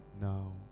now